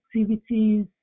activities